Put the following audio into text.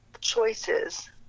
choices